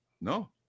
No